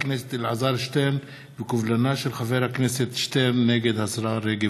הכנסת אלעזר שטרן ובקובלנה של חבר הכנסת שטרן נגד השרה רגב.